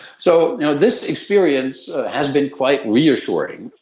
so you know this experience has been quite reassuring,